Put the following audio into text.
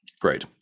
Great